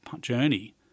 journey